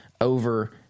over